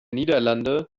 niederlande